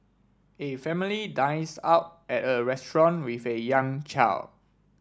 a family dines out at a restaurant with a young child